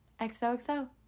XOXO